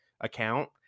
account